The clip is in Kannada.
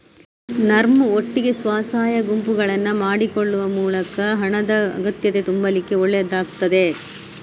ನರ್ಮ್ ಒಟ್ಟಿಗೆ ಸ್ವ ಸಹಾಯ ಗುಂಪುಗಳನ್ನ ಮಾಡಿಕೊಳ್ಳುವ ಮೂಲಕ ಹಣದ ಅಗತ್ಯತೆ ತುಂಬಲಿಕ್ಕೆ ಒಳ್ಳೇದಾಗ್ತದೆ